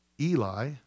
Eli